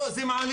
לא, זה מהעלייה.